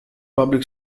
public